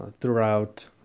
throughout